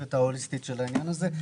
המעטפת ההוליסטית של העניין הזה.